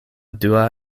dua